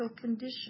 condition